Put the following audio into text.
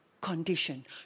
condition